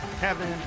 Kevin